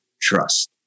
trust